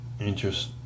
interest